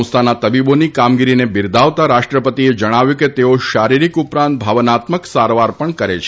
સંસ્થાના તબીબોની કામગીરીને બિરદાવતા રાષ્ટ્રપતિએ જણાવ્યું કે તેઓ શારીરિક ઉપરાંત ભાવનાત્મક સારવાર પણ કરે છે